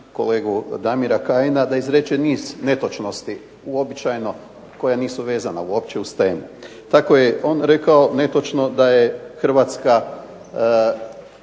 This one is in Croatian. kolegu Damira Kajina da izreče niz netočnosti, uobičajeno koje nisu vezana uopće uz temu. Tako je on rekao netočno da je Hrvatska